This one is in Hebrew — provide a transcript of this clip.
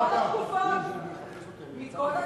מכל התקופות?